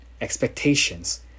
expectations